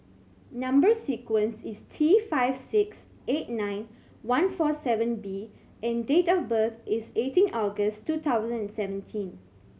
number sequence is T five six eight nine one four seven B and date of birth is eighteen August two thousand and seventeen